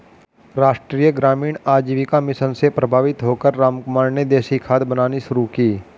राष्ट्रीय ग्रामीण आजीविका मिशन से प्रभावित होकर रामकुमार ने देसी खाद बनानी शुरू की